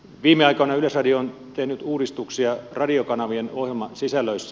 viime aikoina yleisradio on tehnyt uudistuksia radiokanavien ohjelmasisällöissä